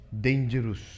Dangerous